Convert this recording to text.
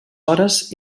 hores